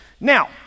Now